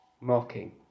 mocking